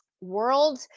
world